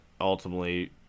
ultimately